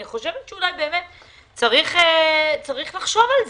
אני חושבת שאולי צריך לחשוב על זה,